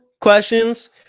questions